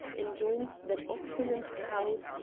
enjoins that oxen and cows,